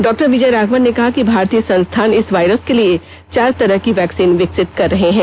doctor Vijayraghavan ने कहा कि भारतीय संस्थान इस वायरस के लिए चार तरह की वैक्सीन विकसित कर रहे हैं